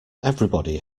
everybody